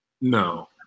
No